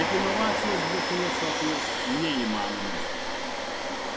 bet inovacijos be filosofijos neįmanomos